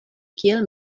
kiel